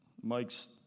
Mike's